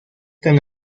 tan